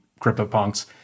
CryptoPunks